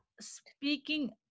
Speaking